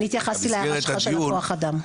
אני התייחסתי להערה שלך על כוח האדם.